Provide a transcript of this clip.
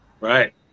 Right